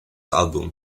álbum